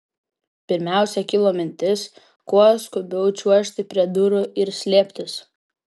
pirmiausia kilo mintis kuo skubiau čiuožti prie durų ir slėptis